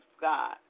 God